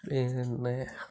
പിന്നെ